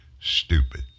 stupid